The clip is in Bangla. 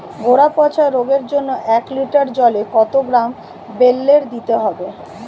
গোড়া পচা রোগের জন্য এক লিটার জলে কত গ্রাম বেল্লের দিতে হবে?